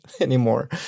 anymore